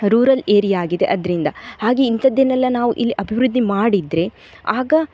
rural ಏರಿಯಾಗಿದೆ ಅದರಿಂದ ಹಾಗೆ ಇಂಥದ್ದನ್ನೆಲ್ಲ ನಾವು ಇಲ್ಲಿ ಅಭಿವೃದ್ಧಿ ಮಾಡಿದರೆ ಆಗ